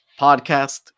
podcast